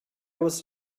was